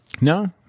no